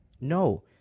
No